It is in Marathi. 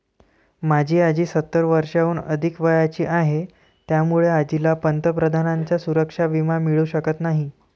माझी आजी सत्तर वर्षांहून अधिक वयाची आहे, त्यामुळे आजीला पंतप्रधानांचा सुरक्षा विमा मिळू शकत नाही